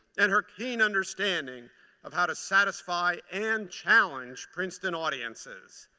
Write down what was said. and her keen understanding of how to satisfy and challenge princeton audiences.